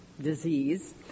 disease